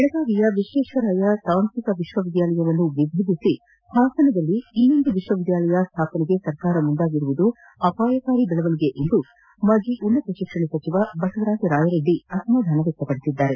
ಬೆಳಗಾವಿಯ ವಿಶ್ವೇಶ್ವರಯ್ಯ ತಾಂತ್ರಿಕ ವಿಶ್ವ ವಿದ್ಯಾಲಯವನ್ನು ವಿಭಜಿಸಿ ಹಾಸನದಲ್ಲಿ ಇನ್ನೊಂದು ವಿಶ್ವವಿದ್ಯಾಲಯ ಸ್ಥಾಪಿಸಲು ಸರ್ಕಾರ ಮುಂದಾಗಿರುವುದು ಅಪಾಯಕಾರಿ ಬೆಳವಣಿಗೆ ಎಂದು ಮಾಜಿ ಉನ್ನತ ಶಿಕ್ಷಣ ಸಚಿವ ಬಸವರಾಜ ರಾಯರೆಡ್ಡಿ ಅಸಮಾಧಾನ ವ್ಯಕ್ತಡಿಸಿದ್ದಾರೆ